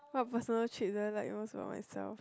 what personal traits there I like most of myself